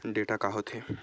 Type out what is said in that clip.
Data का होथे?